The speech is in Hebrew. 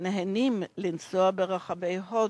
נהנים לנסוע ברחבי הודו.